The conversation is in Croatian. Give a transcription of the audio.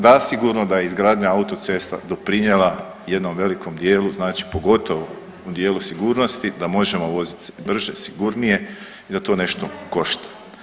Zasigurno da izgradnja autocesta doprinijela jednom velikom dijelu, znači pogotovo u dijelu sigurnosti da možemo voziti brže, sigurnije i da to nešto košta.